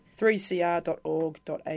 3cr.org.au